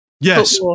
Yes